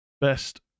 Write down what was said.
Best